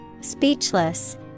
Speechless